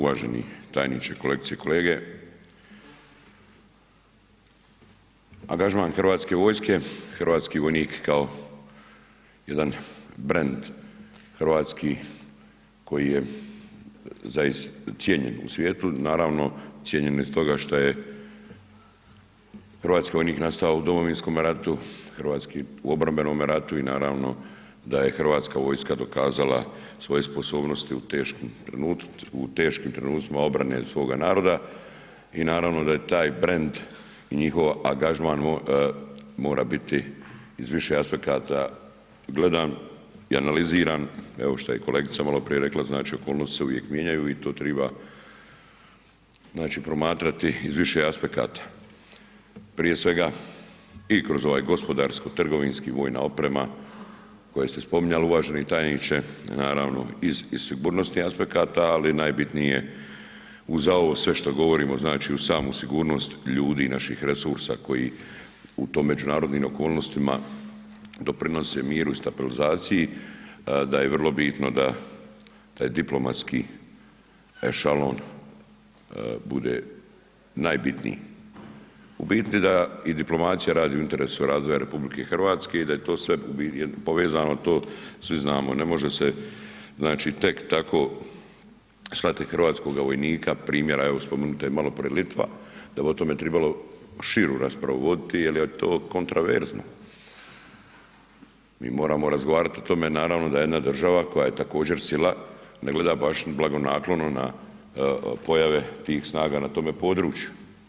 Uvaženi tajniče, kolegice, kolege, angažman Hrvatske vojske, hrvatski vojnik kao jedan brend hrvatski koji je cijenjen u svijetu, naravno cijenjen je stoga šta je hrvatski vojnik nastao u Domovinskome ratu, hrvatski u obrambenome ratu i naravno da je Hrvatska vojska dokazala svoje sposobnosti u teškim trenucima obrane svoga naroda i naravno da je taj brend i njihov angažman mora biti iz više aspekata gledan i analiziran, evo šta je i kolegica maloprije rekla, znači okolnosti se uvijek mijenjaju i to triba znači promatrati iz više aspekata, prije svega i kroz ovaj gospodarsko trgovinski vojna oprema koje ste spominjali uvaženi tajniče, naravno i iz sigurnosti aspekata, ali najbitnije je uza ovo sve što govorimo, znači uz samu sigurnost ljudi naših resursa koji u tim međunarodnim okolnostima doprinose miru i stabilizaciji, da je vrlo bitno da taj diplomatski ešalon bude najbitniji, u biti da i diplomacija radi u interesu razvoja RH i da je to sve povezano to svi znamo, ne može se znači tek tako slati hrvatskoga vojnika, primjera evo spomenuta je maloprije Litva, da bi o tome tribalo širu raspravu voditi jel je to kontraverzno, mi moramo razgovarat o tome naravno da jedna država koja je također sila, ne gleda baš blagonaklono na pojave tih snaga na tome području.